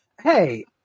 hey